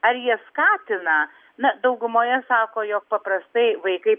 ar jie skatina na daugumoje sako jog paprastai vaikai